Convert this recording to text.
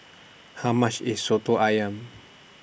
How much IS Soto Ayam